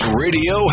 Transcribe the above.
radio